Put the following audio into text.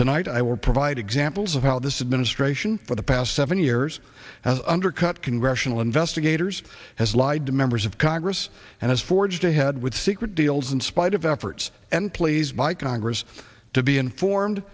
tonight i will provide examples of how this administration for the past seven years has undercut congressional investigators has lied to members of congress and has forged ahead with secret deals in spite of efforts and pleased by congress to be informed